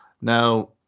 Now